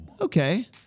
Okay